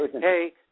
hey